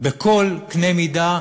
בכל קנה מידה,